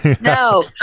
No